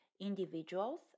individuals